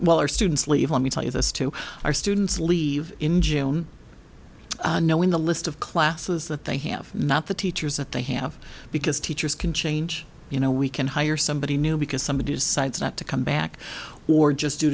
while our students leave let me tell you this to our students leave in june knowing the list of classes that they have not the teachers that they have because teachers can change you know we can hire somebody new because somebody decides not to come back or just due